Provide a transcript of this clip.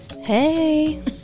Hey